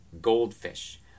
goldfish